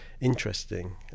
interesting